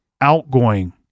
outgoing